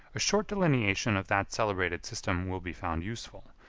a short delineation of that celebrated system will be found useful,